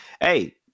hey